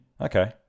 Okay